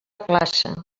classe